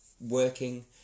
working